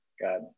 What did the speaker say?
God